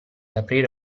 aprire